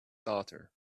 daughter